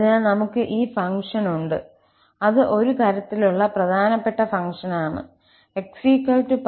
അതിനാൽനമുക്ക് ഈ ഫംഗ്ഷൻ ഉണ്ട് അത് ഒരു തരത്തിലുള്ള പ്രധാനപ്പെട്ട ഫംഗ്ഷനാണ് 𝑥 𝜋 ന് ചുറ്റും സിമെട്രി ആണ്